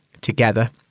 together